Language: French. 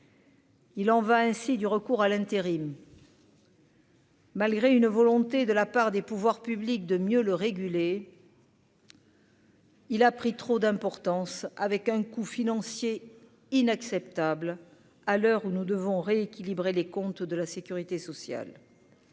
Il en va ainsi du recours à l'intérim. Malgré une volonté de la part des pouvoirs publics de mieux le réguler. Il a pris trop d'importance, avec un coût financier inacceptable à l'heure où nous devons rééquilibrer les comptes de la Sécurité sociale.